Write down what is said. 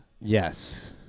Yes